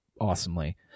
awesomely